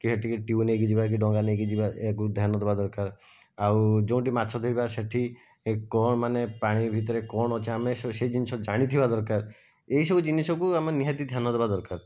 କିଏ ଟିକେ ଟ୍ୟୁବ ନେଇକି ଯିବା କି ଡଙ୍ଗା ନେଇକି ଯିବା ଏହାକୁ ଧ୍ୟାନ ଦବା ଦରକାର ଆଉ ଯେଉଁଠି ମାଛ ଧରିବା ସେଠି କଣ ମାନେ ପାଣି ଭିତରେ କଣ ଅଛି ଆମେ ସେ ସେ ଜିନିଷ ଜାଣିଥିବା ଦରକାର ଏହିସବୁ ଜିନିଷକୁ ଆମେ ନିହାତି ଧ୍ୟାନ ଦେବା ଦରକାର